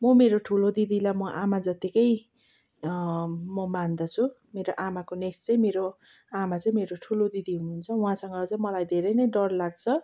म मेरो ठुलो दिदीलाई म आमा जतिकै म मान्दछु मेरो आमाको नेक्स्ट चाहिँ मेरो आमा चाहिँ मेरो ठुलो दिदी हुनुहुन्छ उहाँसँग चाहिँ मलाई धेरै नै डर लाग्छ